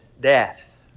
death